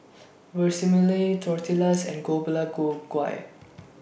Vermicelli Tortillas and Gui